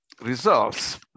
results